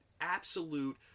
absolute